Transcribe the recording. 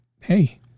hey